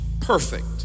perfect